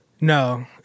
No